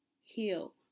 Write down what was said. heal